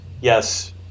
Yes